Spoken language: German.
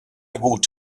gut